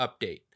update